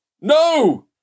No